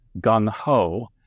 gung-ho